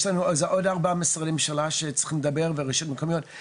יש עוד ארבעה משרדי ממשלה שצריכים לדבר והרשויות המקומיות.